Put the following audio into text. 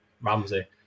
Ramsey